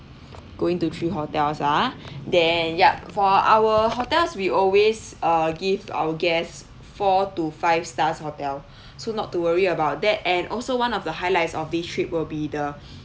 going to three hotels ah then yup for our hotels we always uh give our guests four to five stars hotel so not to worry about that and also one of the highlights of this trip will be the